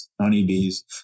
honeybees